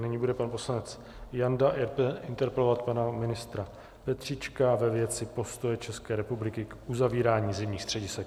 A nyní bude pan poslanec Janda interpelovat pana ministra Petříčka ve věci postoje České republiky k uzavírání zimních středisek.